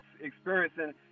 experiencing